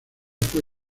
fue